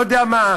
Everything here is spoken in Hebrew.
לא יודע מה,